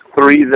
three